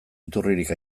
iturririk